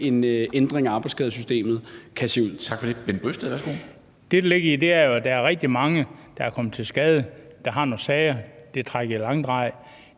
en ændring af arbejdsskadesystemet